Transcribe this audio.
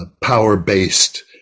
power-based